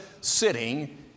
sitting